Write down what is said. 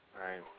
Right